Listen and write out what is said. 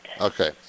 Okay